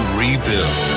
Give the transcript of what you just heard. rebuild